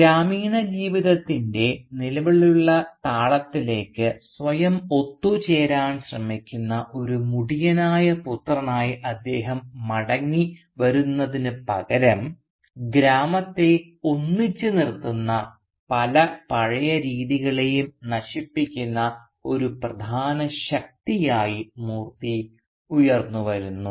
ഗ്രാമീണ ജീവിതത്തിൻറെ നിലവിലുള്ള താളത്തിലേക്ക് സ്വയം ഒത്തുചേരാൻ ശ്രമിക്കുന്ന ഒരു മുടിയനായ പുത്രനായി അദ്ദേഹം മടങ്ങിവരുന്നതിനുപകരം ഗ്രാമത്തെ ഒന്നിച്ചുനിർത്തുന്ന പല പഴയ രീതികളെയും നശിപ്പിക്കുന്ന ഒരു പ്രധാന ശക്തിയായി മൂർത്തി ഉയർന്നുവരുന്നു